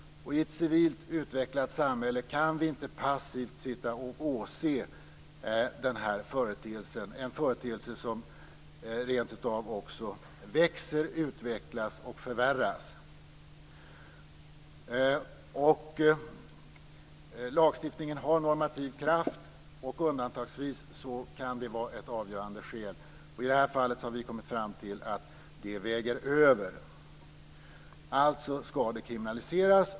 I ett civilt utvecklat samhälle kan vi inte passivt sitta och åse den här företeelsen - en företeelse som också rent av växer, utvecklas och förvärras. Lagstiftningen har normativ kraft. Undantagsvis kan det vara ett avgörande skäl, och i det här fallet har vi kristdemokrater kommit fram till att det väger över. Prostitution skall alltså kriminaliseras.